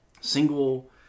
single